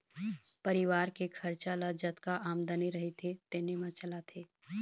परिवार के खरचा ल जतका आमदनी रहिथे तेने म चलाथे